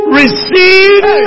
receive